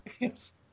Yes